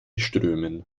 strömen